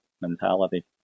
mentality